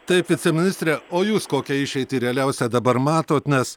taip viceministre o jūs kokią išeitį realiausią dabar matot nes